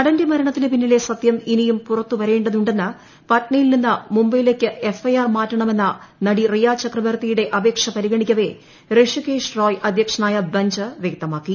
നടന്റെ മരണത്തിന് പിന്നിലെ സത്യം ഇനിയും പുറത്ത് വരേണ്ടതുണ്ടെന്ന് പട്നയിൽ നിന്ന് മുംബൈയിലേക്ക് എഫ്ഐആർ മാറ്റണമെന്ന നടി റിയ ചക്രബർത്തിയുടെ അപേക്ഷ പരിഗണിക്കവേ ഋഷികേശ് റോയ് അധ്യക്ഷനായ ബെഞ്ച് വ്യക്തമാക്കി